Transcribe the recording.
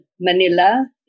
Manila